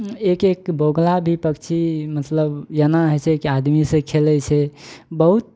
एक एक बगुला भी पक्षी मतलब एना होइ छै कि आदमीसँ खेलै छै बहुत